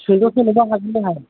सुंद' सल'बा हागोनना हाया